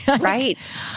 Right